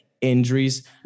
injuries